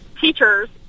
teachers